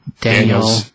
Daniel